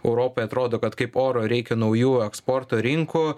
europai atrodo kad kaip oro reikia naujų eksporto rinkų